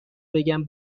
بگم